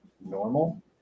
normal